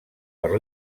per